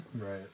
Right